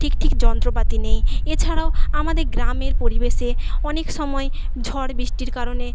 ঠিক ঠিক যন্ত্রপাতি নেই এছাড়াও আমাদের গ্রামের পরিবেশে অনেক সময় ঝড় বৃষ্টির কারণে